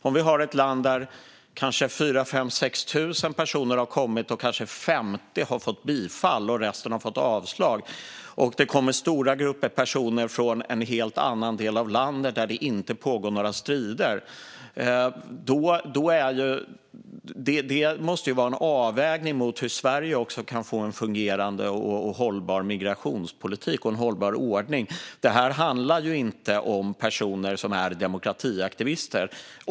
Om vi har 4 000, 5 000 eller 6 000 personer som har kommit från ett land och kanske 50 av dem har fått bifall medan resten har fått avslag och det kommer stora grupper av personer från en helt annan del av samma land, där det inte pågår några strider, måste det göras en avvägning av hur Sverige kan få en fungerande och hållbar migrationspolitik och en hållbar ordning. Det här handlar inte om personer som är demokratiaktivister.